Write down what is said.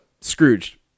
Scrooge